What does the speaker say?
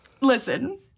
Listen